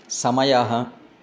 समयः